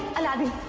aladdin!